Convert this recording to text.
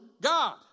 God